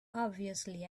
obviously